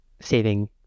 saving